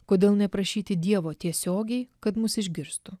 kodėl neprašyti dievo tiesiogiai kad mus išgirstų